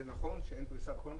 זה נכון שאין פריסה בכל המקומות,